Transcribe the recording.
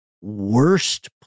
worst